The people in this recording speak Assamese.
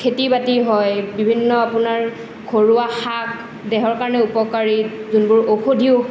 খেতি বাতি হয় বিভিন্ন আপোনাৰ ঘৰুৱা শাক দেহৰ কাৰণে উপকাৰী যোনবোৰ ঔষধীয়